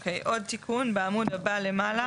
אוקי, עוד תיקון בעמוד הבא למעלה.